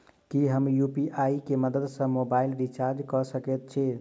की हम यु.पी.आई केँ मदद सँ मोबाइल रीचार्ज कऽ सकैत छी?